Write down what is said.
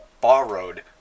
borrowed